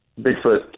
bigfoot